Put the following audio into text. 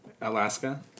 Alaska